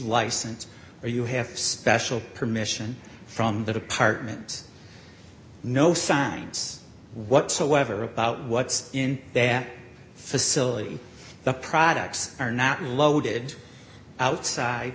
license or you have special permission from the department no signs whatsoever about what's in that facility the products are not loaded outside